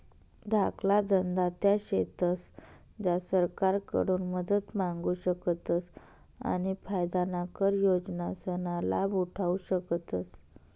धाकला धंदा त्या शेतस ज्या सरकारकडून मदत मांगू शकतस आणि फायदाना कर योजनासना लाभ उठावु शकतस